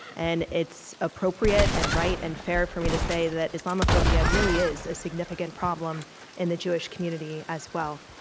and it's appropriate and right and fair for me to say that islamophobia really is a significant problem in the jewish community, as well.